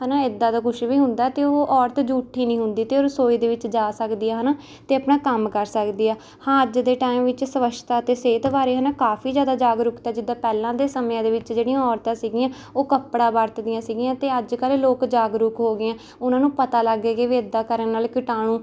ਹੈ ਨਾ ਇੱਦਾਂ ਦਾ ਕੁਛ ਵੀ ਹੁੰਦਾ ਤਾਂ ਉਹ ਔਰਤ ਜੂਠੀ ਨਹੀਂ ਹੁੰਦੀ ਅਤੇ ਉਹ ਰਸੋਈ ਦੇ ਵਿੱਚ ਜਾ ਸਕਦੀ ਹੈ ਹੈ ਨਾ ਅਤੇ ਆਪਣਾ ਕੰਮ ਕਰ ਸਕਦੀ ਹੈ ਹਾਂ ਅੱਜ ਦੇ ਟਾਈਮ ਵਿੱਚ ਸਵੱਛਤਾ ਅਤੇ ਸਿਹਤ ਬਾਰੇ ਹੈ ਨਾ ਕਾਫੀ ਜ਼ਿਆਦਾ ਜਾਗਰੂਕਤਾ ਜਿੱਦਾਂ ਪਹਿਲਾਂ ਦੇ ਸਮਿਆਂ ਦੇ ਵਿੱਚ ਜਿਹੜੀਆਂ ਔਰਤਾਂ ਸੀਗੀਆਂ ਉਹ ਕੱਪੜਾ ਵਰਤਦੀਆਂ ਸੀਗੀਆਂ ਅਤੇ ਅੱਜ ਕੱਲ੍ਹ ਲੋਕ ਜਾਗਰੂਕ ਹੋ ਗਏ ਹੈ ਉਹਨਾਂ ਨੂੰ ਪਤਾ ਲੱਗ ਗਿਆ ਵੀ ਇੱਦਾਂ ਕਰਨ ਨਾਲ ਕੀਟਾਣੂ